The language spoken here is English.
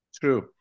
True